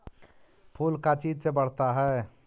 फूल का चीज से बढ़ता है?